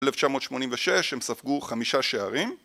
1986 הם ספגו חמישה שערים